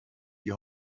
die